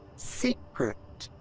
secret.